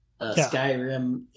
Skyrim